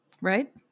Right